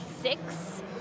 six